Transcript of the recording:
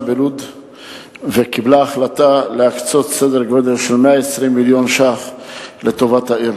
בלוד וקיבלה החלטה להקצות סדר-גודל של 120 מיליון ש"ח לטובתה.